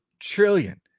trillion